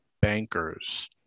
bankers